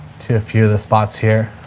to a few of the spots here.